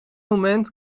moment